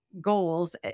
goals